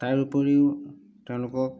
তাৰৰোপৰিও তেওঁলোকক